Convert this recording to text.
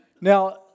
now